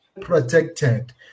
protected